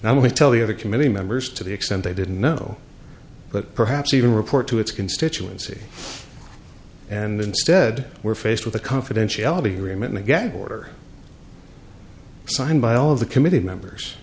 not only tell the other committee members to the extent they didn't know but perhaps even report to its constituency and instead we're faced with a confidentiality agreement a gag order signed by all of the committee members